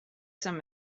some